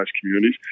communities